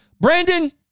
Brandon